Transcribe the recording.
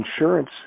insurance